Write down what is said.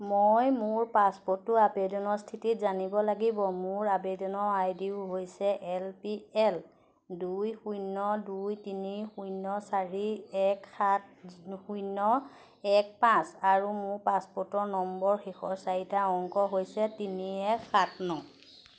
মই মোৰ পাছপৰ্ট আবেদনৰ স্থিতি জানিব লাগিব মোৰ আবেদন আই ডি হৈছে এ পি এল দুই শূন্য দুই তিনি শূন্য চাৰি এক সাত শূন্য এক পাঁচ আৰু মোৰ পাছপোৰ্ট নম্বৰ শেষৰ চাৰিটা অংক হৈছে তিনি এক সাত ন